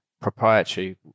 Proprietary